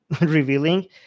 revealing